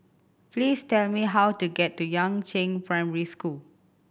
please tell me how to get to Yangzheng Primary School